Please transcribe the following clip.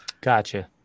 Gotcha